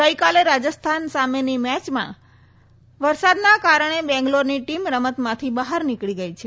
ગઇકાલે રાજસ્થાન સામેની મેચમાં વરસાદના કારણે બેંગ્લોરની ટીમ રમતમાંથી બહાર નીકળી ગઈ છે